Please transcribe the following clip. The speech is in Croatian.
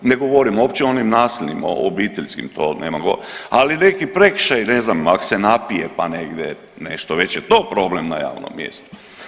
Ne govorim uopće o onim nasilnim, obiteljskim to nema govora, ali neki prekršaj, ne znam ako se napije pa negdje nešto već je to problem na javnom mjestu.